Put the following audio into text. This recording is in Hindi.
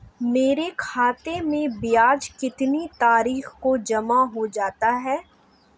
मेरे खाते में ब्याज कितनी तारीख को जमा हो जाता है?